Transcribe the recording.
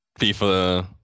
FIFA